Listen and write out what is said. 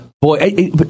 boy